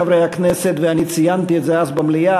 חברי הכנסת ואני ציינתי את זה אז במליאה,